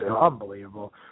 unbelievable